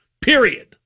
period